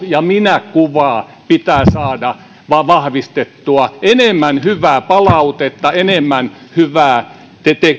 ja minäkuvaa pitää saada vahvistettua enemmän hyvää palautetta enemmän hyvää